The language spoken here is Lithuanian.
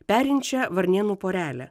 perinčią varnėnų porelė